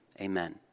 amen